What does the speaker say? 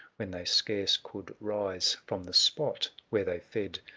when they scarce could rise from the spot where they fed!